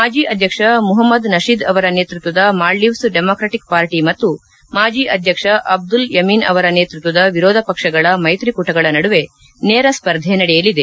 ಮಾಜಿ ಅಧ್ಯಕ್ಷ ಮುಪಮ್ಮದ್ ನಹೀದ್ ಅವರ ನೇತೃತ್ವದ ಮಾಲ್ದೀವ್ಸ್ ಡೆಮಾಕ್ರಟಿಕ್ ಪಾರ್ಟಿ ಮತ್ತು ಮಾಜಿ ಅಧ್ಯಕ್ಷ ಅಬ್ದುಲ್ಲಾ ಯಮೀನ್ ಅವರ ನೇತೃತ್ವದ ವಿರೋಧ ಪಕ್ಷಗಳ ಮೈತ್ರಿಕೂಟಗಳ ನಡುವೆ ನೇರ ಸ್ವರ್ಧೆ ನಡೆಯಲಿದೆ